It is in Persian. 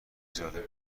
جالبه